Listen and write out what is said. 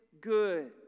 good